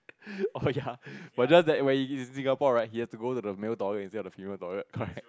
oh ya whether that when you in Singapore right he has to go to the male toilet instead of the female toilet correct